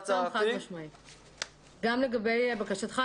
גם לגבי בקשתך,